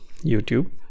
youtube